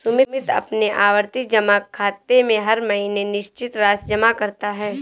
सुमित अपने आवर्ती जमा खाते में हर महीने निश्चित राशि जमा करता है